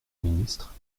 ministre